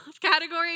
category